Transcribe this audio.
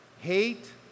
Hate